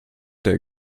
der